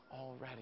already